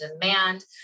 demand